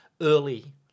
early